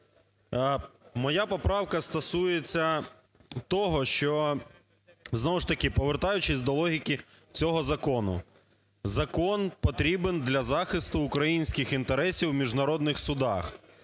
Моя поправка стосується того, що, знову ж таки, повертаючись до логіки цього закону: закон потрібен для захисту українських інтересів в міжнародних судах.